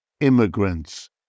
immigrants